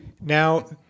Now